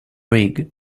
rig